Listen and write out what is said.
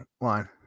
line